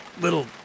little